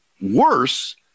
worse